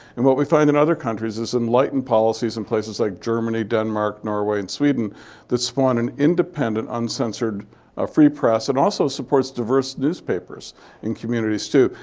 and what we find in other countries is enlightened policies in places like germany, denmark, norway, and sweden that spawn an independent, uncensored ah free press and also supports diverse newspapers in communities too.